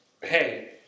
hey